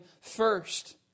first